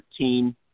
13